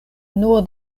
nur